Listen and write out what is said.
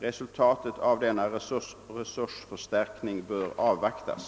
Resultatet av denna resursförstärkning bör avvaktas.